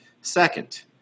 Second